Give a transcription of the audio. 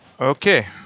okay